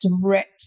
direct